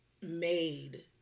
made